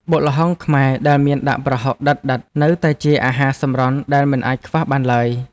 បុកល្ហុងខ្មែរដែលមានដាក់ប្រហុកដិតៗនៅតែជាអាហារសម្រន់ដែលមិនអាចខ្វះបានឡើយ។